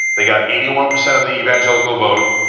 they got eighty one percent of the evangelical vote,